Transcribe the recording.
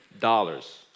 dollars